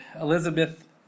Elizabeth